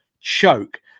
choke